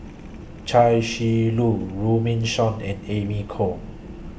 Chia Shi Lu Runme Shaw and Amy Khor